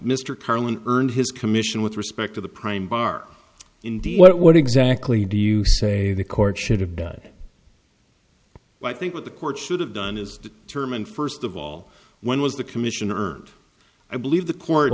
mr carlin earned his commission with respect to the prime bar indeed what exactly do you say the court should have done i think what the court should have done is determine first of all when was the commission earned i believe the co